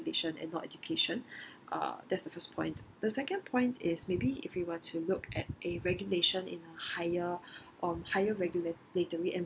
and not education uh that's the first point the second point is maybe if we were to look at a regulation in higher on higher regulatory